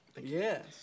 Yes